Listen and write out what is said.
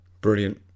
Brilliant